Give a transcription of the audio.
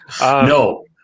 No